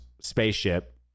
spaceship